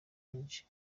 byinshi